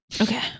Okay